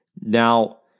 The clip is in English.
Now